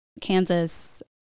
Kansas